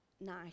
nice